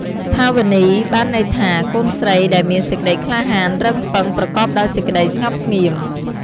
ថាវនី បានន័យថា កូនស្រីដែលមានសេចក្តីក្លាហានរឹងបុឹង ប្រកបដោយសេចក្តីស្ងប់ស្ងៀម។